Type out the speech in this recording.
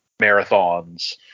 marathons